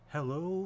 Hello